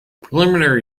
preliminary